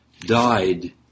died